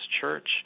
church